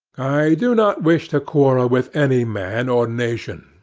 i do not wish to quarrel with any man or nation.